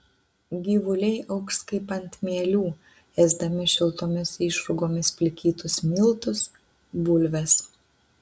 gyvuliai augs kaip ant mielių ėsdami šiltomis išrūgomis plikytus miltus bulves